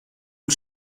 und